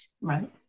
Right